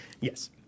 Yes